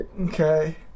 Okay